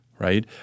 right